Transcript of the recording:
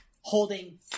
holding